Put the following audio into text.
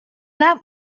that